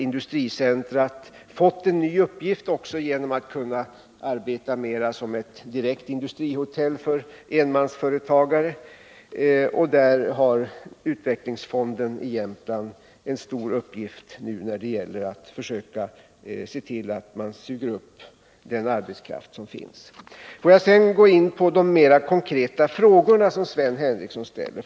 Industricentrat har fått en ny uppgift också genom att det kan arbeta mera som ett direkt industrihotell för enmansföretagare. Utvecklingsfonden i Jämtland har en stor uppgift när det gäller att försöka se till att man suger upp den arbetskraft som finns. Får jag sedan gå in på de mera konkreta frågorna som Sven Henricsson ställer.